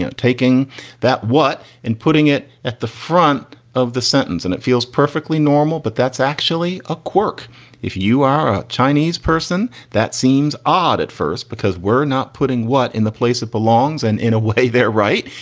you know taking that what and putting it at the front of the sentence. and it feels perfectly normal. but that's actually a quirk if you are a chinese person. that seems odd at first because we're not putting what in the place it belongs. and in a way, they're right,